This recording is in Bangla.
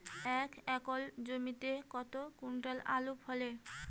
এক একর জমিতে কত কুইন্টাল আলু ফলে?